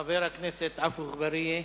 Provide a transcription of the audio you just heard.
חבר הכנסת עפו אגבאריה,